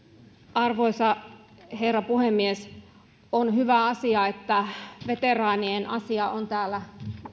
arvoisa herra puhemies on hyvä että veteraanien asia on täällä